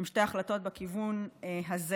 הן שתי החלטות בכיוון הזה.